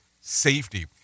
safety